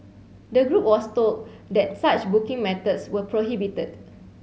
the group was told that such booking methods were prohibited